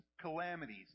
calamities